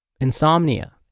insomnia